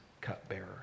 cupbearer